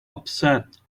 upset